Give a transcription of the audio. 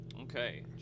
Okay